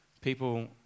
People